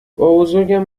بابابزرگم